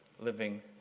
living